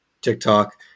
TikTok